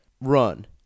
run